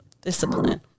discipline